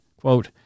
Quote